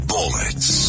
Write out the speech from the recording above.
Bullets